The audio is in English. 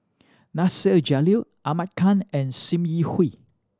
Nasir Jalil Ahmad Khan and Sim Yi Hui